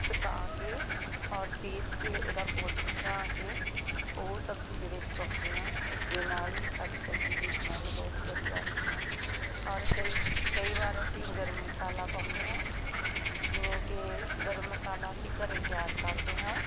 ਸੁਕਾ ਕੇ ਔਰ ਪੀਸ ਕੇ ਉਹਦਾ ਪਾਊਡਰ ਬਣਾ ਕੇ ਉਹ ਸਬਜ਼ੀ ਦੇ ਵਿੱਚ ਪਾਉਂਦੇ ਹਾਂ ਇਸ ਦੇ ਨਾਲ ਵੀ ਸਾਡੀ ਸਬਜ਼ੀ ਦੀ ਸਮੈਲ ਬਹੁਤ ਵਧੀਆ ਆਉਂਦੀ ਹੈ ਔਰ ਕਈ ਕਈ ਵਾਰ ਅਸੀਂ ਗਰਮ ਮਸਾਲਾ ਪਾਉਂਦੇ ਹਾਂ ਜਿਵੇਂ ਕਿ ਗਰਮ ਮਸਾਲਾ ਅਸੀਂ ਘਰ ਤਿਆਰ ਕਰਦੇ ਹਾਂ